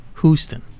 Houston